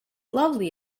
lovely